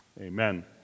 Amen